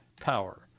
power